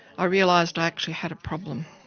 i realised i actually had a problem.